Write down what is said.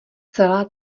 celá